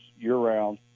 year-round